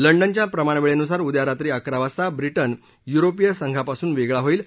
लंडनच्या प्रमाण वेळेनुसार उद्या रात्री अकरा वाजता व्रिटन युरोपीय संघापासून वेगळा होईल